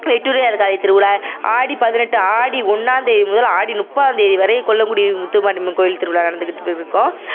எட்டூரியார் காளி திருவிழா ஆடி பதினெட்டு ஆடி ஒன்றாந்தேதி முதல் ஆடி முப்பதாம் தேதி வரை கொல்லங்குடி முத்துமாரி அம்மன் கோயில் திருவிழா நடந்துக்கிட்டு இருக்கும்